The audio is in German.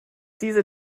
diese